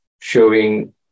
showing